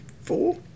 four